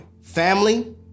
Family